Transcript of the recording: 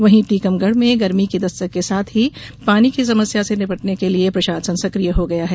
वहीं टीकमगढ़ में गर्मी की दस्तक के साथ ही पानी की समस्या से निपटने के लिये प्रशासन सक्रिय हो गया है